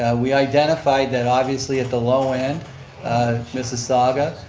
and we identified that obviously at the low end mississauga.